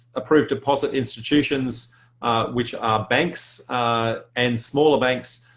approved deposit institutions which are banks and smaller banks.